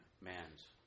man's